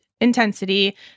intensity